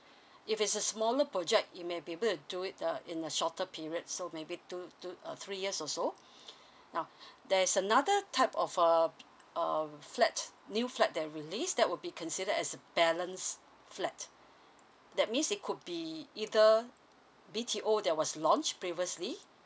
if it's a smaller project it maybe able do it uh in a shorter period so maybe two two uh three years or so now there's another type of err err flat new that release that would be considered as a balance flat that means it could be either B_T_O that was launched previously